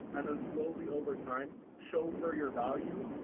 and then slowly over time, showed her your value.